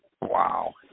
Wow